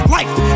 Life